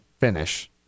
finish